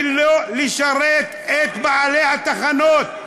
ולא לשרת את בעלי התחנות.